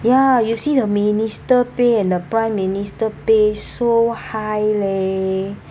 ya you see the minister pay and the prime minister pay so high leh